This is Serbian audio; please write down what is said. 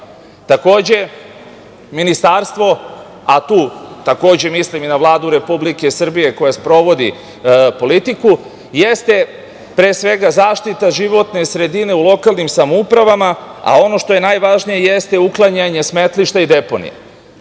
Takođe, Ministarstvo, a tu takođe mislim i na Vladu Republike Srbije koja sprovodi politiku jeste, pre svega, zaštita životne sredine u lokalnim samoupravama, a ono što je najvažnije jeste uklanjanje smetlišta i deponija. Ali,